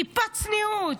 טיפת צניעות.